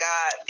God